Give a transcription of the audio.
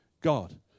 God